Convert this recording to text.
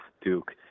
duke